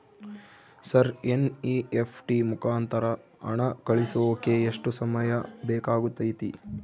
Sir NEFT ಮುಖಾಂತರ ಹಣ ಕಳಿಸೋಕೆ ಎಷ್ಟು ಸಮಯ ಬೇಕಾಗುತೈತಿ?